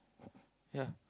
yeah